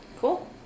cool